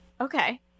Okay